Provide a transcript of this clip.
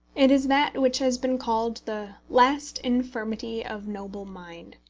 it is that which has been called the last infirmity of noble mind.